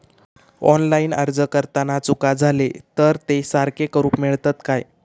Online अर्ज भरताना चुका जाले तर ते सारके करुक मेळतत काय?